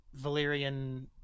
valyrian